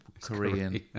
Korean